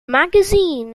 magazine